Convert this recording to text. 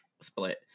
split